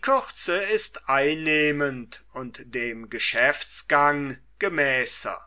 kürze ist einnehmend und dem geschäftsgang gemäßer